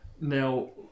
Now